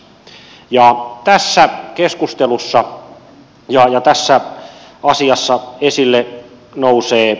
tässä keskustelussa ja tässä asiassa esille nousee tuottaja